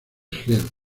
gel